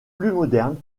moderne